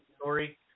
story